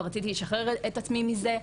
ורציתי לשחרר את עצמי מזה.